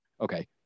okay